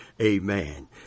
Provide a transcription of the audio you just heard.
Amen